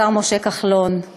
השר משה כחלון,